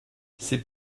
c’est